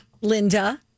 Linda